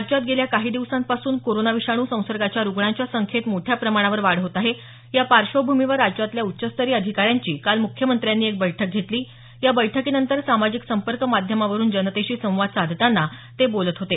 राज्यात गेल्या काही दिवसांपासून कोरोना विषाणू संसर्गाच्या रुग्णांच्या संख्येत मोठ्या प्रमाणावर वाढ होत आहे या पार्श्वभूमीवर राज्यातल्या उच्चस्तरीय अधिकाऱ्यांची काल मुख्यमंत्र्यांनी एक बैठक घेतली या बैठकीनंतर सामाजिक संपर्क माध्यमावरून जनतेशी संवाद साधताना ते बोलत होते